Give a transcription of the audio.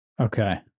Okay